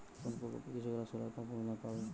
কোন প্রকল্পে কৃষকরা সোলার পাম্প অনুদান পাবে?